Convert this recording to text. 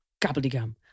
gobbledygum